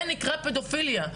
זה נקרא פדופיליה.